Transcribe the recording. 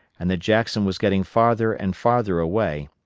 and that jackson was getting farther and father away,